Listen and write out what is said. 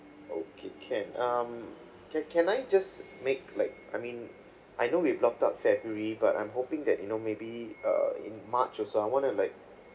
okay can um can can I just make like I mean I know we have blocked out february but I'm hoping that you know maybe uh in march also I wanna like